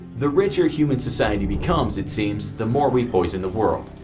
the richer human society becomes, it seems, the more we poison the world.